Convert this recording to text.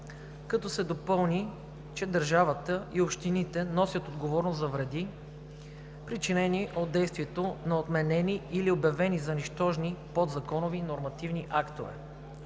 като се допълни, че държавата и общините носят отговорност за вреди, причинени от действието на отменени или обявени за нищожни подзаконови нормативни актове.